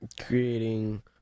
creating